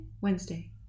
Wednesday